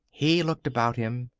he looked about him,